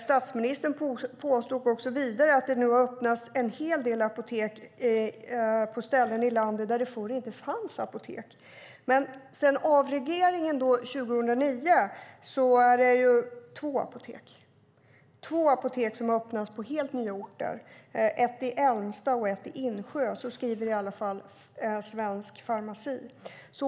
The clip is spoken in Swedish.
Statsministern påstod också att det har öppnats en hel del apotek på ställen i landet där det förr inte fanns apotek. Men sedan avregleringen 2009 är det två apotek som har öppnats på helt nya orter - ett i Älmsta och ett i Insjön, enligt Svensk Farmaci.